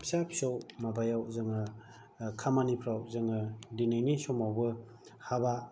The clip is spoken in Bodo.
फिसा फिसौ माबायाव जोङो खामानिफोराव जोङो दिनैनि समावबो हाबा